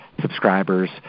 subscribers